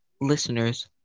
listeners